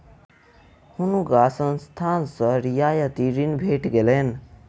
हुनका संस्थान सॅ रियायती ऋण भेट गेलैन